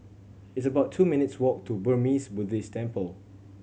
it's about two minutes' walk to Burmese Buddhist Temple